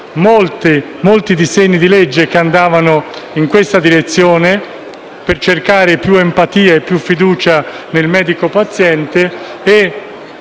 molti disegni di legge che andavano in questa direzione, per cercare più empatia e più fiducia nel rapporto medico-paziente.